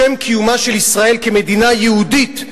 בשם קיומה של ישראל כמדינה יהודית,